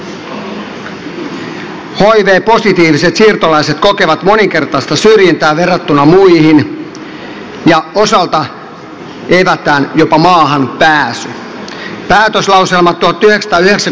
hiv positiiviset siirtolaiset kokevat moninkertaista syrjintää verrattuna muihin ja osalta evätään jopa maahan pääsy